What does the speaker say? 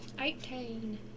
Eighteen